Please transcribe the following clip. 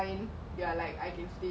I think you should just apply